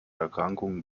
erkrankungen